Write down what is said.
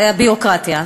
הביורוקרטיה,